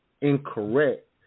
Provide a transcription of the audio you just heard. incorrect